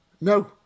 No